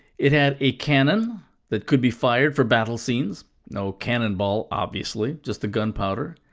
it had a cannon that could be fired for battle scenes no cannonball, obviously, just the gunpowder.